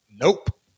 Nope